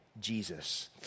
Jesus